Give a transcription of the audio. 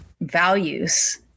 values